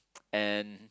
and